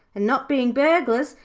and, not bein' burglars,